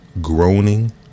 groaning